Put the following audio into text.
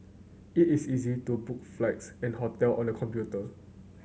it is easy to book flights and hotel on the computer